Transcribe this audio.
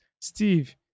Steve